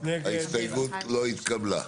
7 נמנעים, 0 ההסתייגות לא התקבלה.